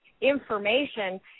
information